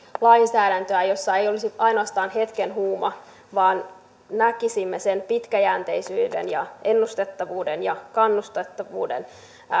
lainsäädäntöä jossa ei olisi ainoastaan hetken huuma vaan näkisimme pitkäjänteisyyden ja ennustettavuuden ja kannustettavuuden